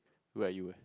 where are you eh